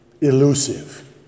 elusive